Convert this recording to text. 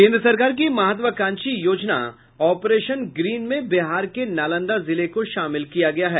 केन्द्र सरकार की महत्वाकांक्षी योजना ऑपरेशन ग्रीन में बिहार के नालंदा जिले को शामिल किया गया है